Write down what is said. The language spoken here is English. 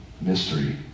Mystery